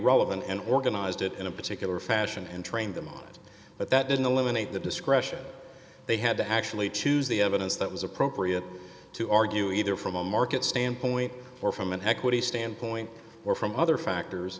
relevant and organized it in a particular fashion and train them on it but that didn't eliminate the discretion they had to actually choose the evidence that was appropriate to argue either from a market standpoint or from an equity standpoint or from other factors